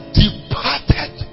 departed